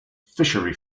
fishery